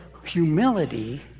humility